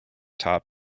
top